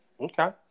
Okay